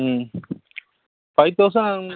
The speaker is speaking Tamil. ம் ஃபைவ் தௌசண்ட்